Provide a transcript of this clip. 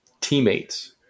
teammates